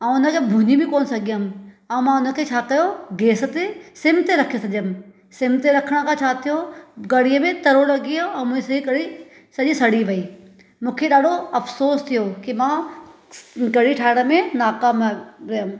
ऐं उन खे भुञी बि कोन सघियमि ऐं मां उन खे छा कयो गैस ते सिम ते रखे छॾियमि सिम ते रखण खां छा थियो कढ़ीअ में तरो लॻी वियो ऐं मुंहिंजी कढ़ी सॼी सड़ी वई मूंखे ॾाढो अफ़सोस थियो की मां कढ़ी ठाहिण में नाकाम वियमि